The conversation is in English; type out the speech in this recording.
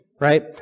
Right